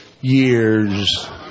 years